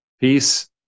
Peace